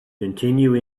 continue